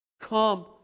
come